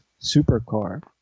supercar